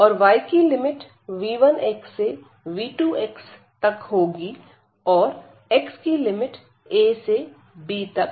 और y की limit v1 से v2 तक होंगी और x की लिमिट a से b तक